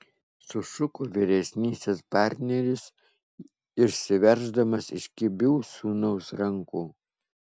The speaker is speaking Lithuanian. sušuko vyresnysis partneris išsiverždamas iš kibių sūnaus rankų